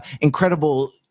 incredible